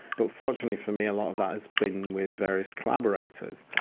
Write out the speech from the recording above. but fortunately for me a lot of that has been with various collaborators,